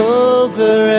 over